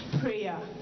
Prayer